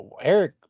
Eric